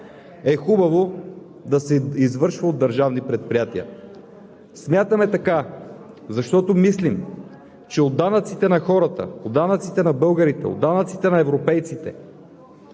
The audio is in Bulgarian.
е хубаво да се извършва от държавни предприятия. Смятаме така, защото мислим, че от данъците на хората, от данъците на българите, от данъците на европейците